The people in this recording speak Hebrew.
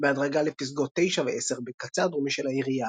בהדרגה לפסגות 9 ו-10 בקצה הדרומי של העיירה,